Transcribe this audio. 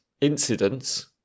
incidents